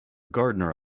gardener